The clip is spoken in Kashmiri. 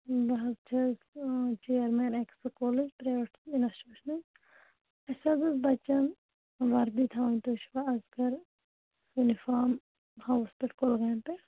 بہٕ حظ چھَس آ چِیَرمین اکہِ سکوٗلٕچ پرایویٹ اِنَسٹیوشَن اَسہِ حظ ٲس بَچَن وَردی تھاوٕنۍ تُہۍ چھُوا اسگَر یوٗنِفام ہاوسہٕ پیٚٹھٕ کولگامہِ پیٚٹھٕ